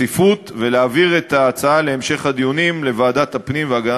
היא ליצור איזון ראוי בין הצורך של מדינת ישראל להגן